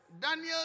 Daniel